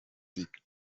tic